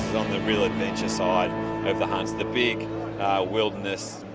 on the real adventure side of the hunts. the big wilderness,